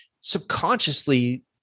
subconsciously